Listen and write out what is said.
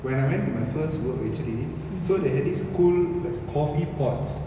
when I went to my first work recently so they have this cold coffee pots